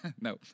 No